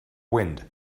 wind